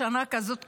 בשנה כזאת קשה,